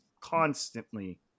constantly